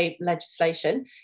legislation